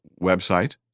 website